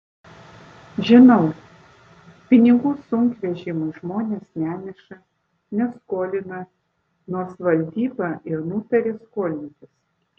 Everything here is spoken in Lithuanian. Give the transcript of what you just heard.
žinau pinigų sunkvežimiui žmonės neneša neskolina nors valdyba ir nutarė skolintis